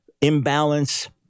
imbalance